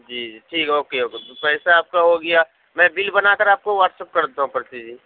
جی جی ٹھیک ہے اوکے اوکے پیسہ آپ کا ہو گیا میں بل بنا کر آپ کو واٹس ایپ کر دیتا ہوں پرچی جی